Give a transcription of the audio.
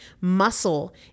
Muscle